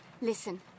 Listen